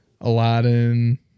Aladdin